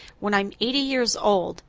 when i'm eighty years old.